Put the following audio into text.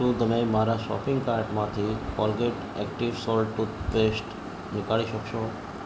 શું તમે મારા શોપિંગ કાર્ટમાંથી કોલગેટ એક્ટિવ સોલ્ટ ટૂથપેસ્ટ નીકાળી શકશો